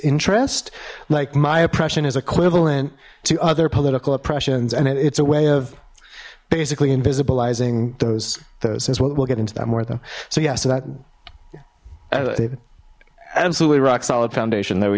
interest like my oppression is equivalent to other political oppressions and it's a way of basically invisible izing those those well we'll get into that more of them so yeah so that absolutely rock solid foundation that we